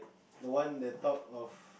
the one that top of